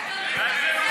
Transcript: דבר?